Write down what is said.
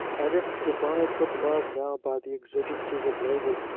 and if debarred from love now by the exigencies of labour,